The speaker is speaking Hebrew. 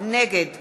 נגד